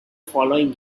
following